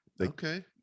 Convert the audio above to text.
Okay